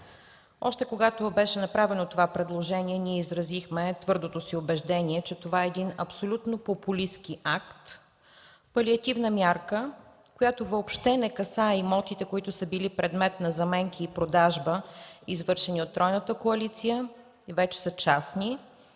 Още когато беше направено това предложение, ние изразихме твърдото си убеждение, че това е един абсолютно популистки акт, палеативна мярка, която въобще не касае имотите, които са били предмет на заменки и продажба, извършени от тройната коалиция, и вече са частни,